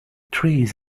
trees